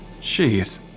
Jeez